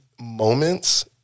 moments